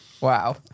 wow